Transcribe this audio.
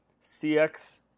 CX